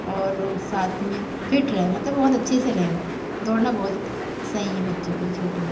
और साथ में फिट रहे मतलब बहुत अच्छे से रहे दौड़ना बहुत सही है बच्चों के लिए छोटे